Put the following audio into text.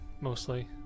mostly